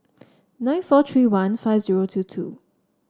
nine four three one five zero two two